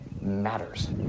matters